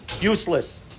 useless